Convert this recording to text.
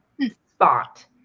spot